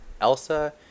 elsa